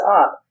up